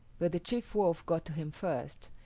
but the chief wolf got to him first,